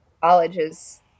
colleges